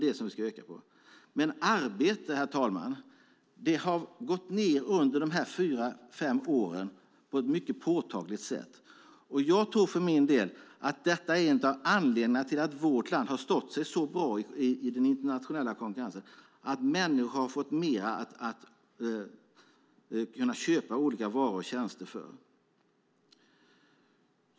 Men skatten på arbete har gått ned under de här fyra fem åren på ett mycket påtagligt sätt. Jag tror att detta är en av anledningarna till att vårt land har stått sig så bra i den internationella konkurrensen. Människor har fått mer att köpa olika varor och tjänster för.